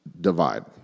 divide